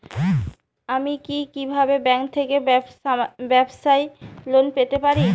আমি কি কিভাবে ব্যাংক থেকে ব্যবসায়ী লোন পেতে পারি?